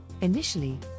Initially